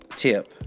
tip